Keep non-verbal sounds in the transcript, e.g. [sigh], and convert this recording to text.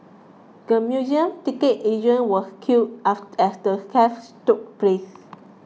the museum ticket agent was killed [unintelligible] as the theft took place